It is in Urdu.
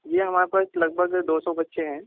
جی ہمارے پاس لگ بھگ دو سو بچے ہیں